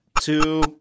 two